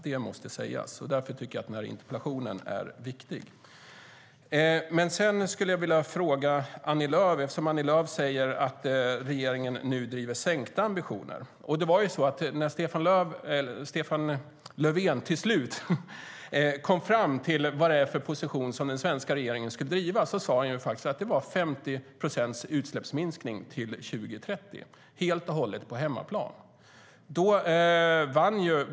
Det måste sägas, och därför är den här interpellationen viktig. När Stefan Löfven till slut kom fram till vilken position den svenska regeringen skulle driva sa han att det var 50 procents utsläppsminskningar till 2030, helt och hållet på hemmaplan.